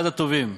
אחד הטובים.